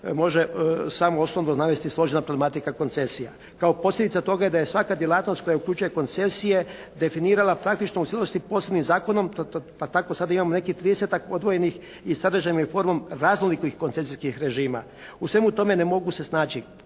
može samo osnovno navesti složena problematika koncesija. Kao posljedica toga je da je svaka djelatnost koja uključuje koncesije definirala praktično u cijelosti posebnim zakonom, pa tako sada imamo nekih 30.-tak odvojenih i sadržajem i formom raznolikih koncesijskih režima. U svemu tome ne mogu se snaći